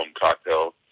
cocktail